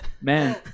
man